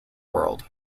world